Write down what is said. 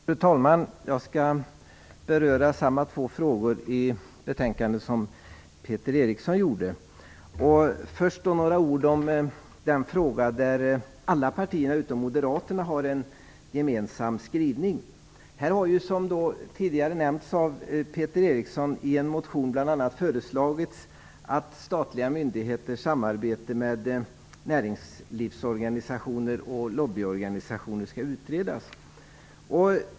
Fru talman! Jag skall beröra samma två frågor i betänkandet som Peter Eriksson tog upp. Först några ord om den fråga där alla partier utom Moderaterna har gemensam skrivning. Som nämnts av Peter Eriksson har det i en motion bl.a. föreslagits att statliga myndigheters samarbete med näringslivs och lobbyorganisationer skall utredas.